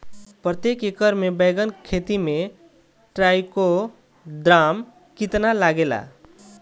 प्रतेक एकर मे बैगन के खेती मे ट्राईकोद्रमा कितना लागेला?